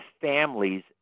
families